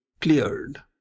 cleared